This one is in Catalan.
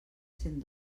cent